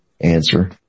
answer